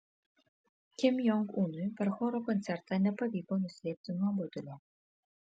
kim jong unui per choro koncertą nepavyko nuslėpti nuobodulio